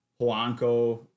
Polanco